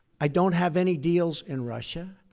i don't have any deals in russia.